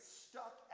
stuck